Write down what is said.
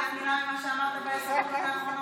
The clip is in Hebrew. אף מילה ממה שאמרת בעשר דקות האחרונות.